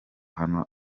hano